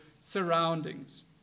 surroundings